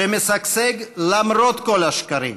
שמשגשג למרות כל השקרים,